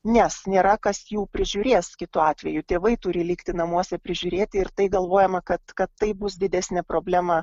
nes nėra kas jų prižiūrės kitu atveju tėvai turi likti namuose prižiūrėti ir tai galvojama kad kad tai bus didesnė problema